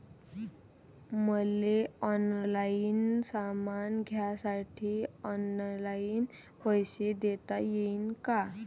मले ऑनलाईन सामान घ्यासाठी ऑनलाईन पैसे देता येईन का?